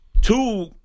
two